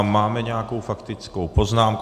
Máme nějakou faktickou poznámku?